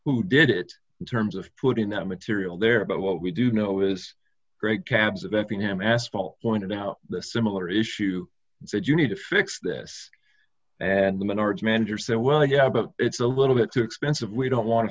who did it in terms of putting that material there but what we do know is great tabs of f e m asphalt pointed out the similar issue and said you need to fix this and the menards manager said well yeah but it's a little bit too expensive we don't want to